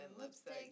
lipstick